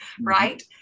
right